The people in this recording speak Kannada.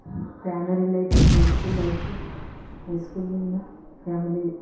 primary life high school life high school ಜೀವನ